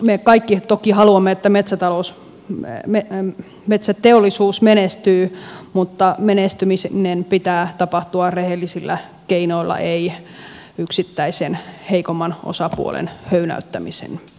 me kaikki toki haluamme että metsäteollisuus menestyy mutta menestymisen pitää tapahtua rehellisillä keinoilla ei yksittäisen heikomman osapuolen höynäyttämisen perusteella